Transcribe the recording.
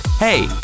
Hey